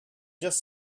just